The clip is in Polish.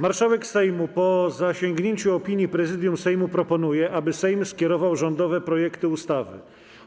Marszałek Sejmu, po zasięgnięciu opinii Prezydium Sejmu, proponuje, aby Sejm skierował rządowe projekty ustaw: